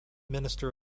minister